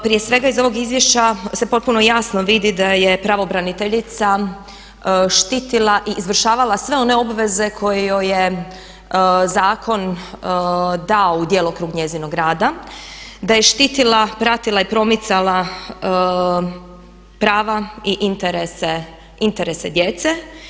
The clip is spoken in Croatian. Prije svega iz ovog izvješća se potpuno jasno vidi da je pravobraniteljica štitila i izvršavala sve one obveze koje joj je zakon dao u djelokrug njezinog rada, da je štitila, pratila i promicala prav i interese djece.